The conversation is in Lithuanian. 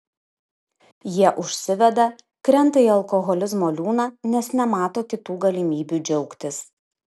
jie užsiveda krenta į alkoholizmo liūną nes nemato kitų galimybių džiaugtis